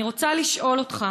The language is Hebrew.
אני רוצה לשאול אותך